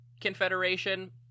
Confederation